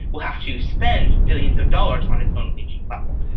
will have to spend billions of dollars on its own clean sheet platform.